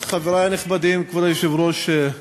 חברי הנכבדים, כבוד היושב-ראש,